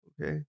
okay